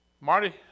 Marty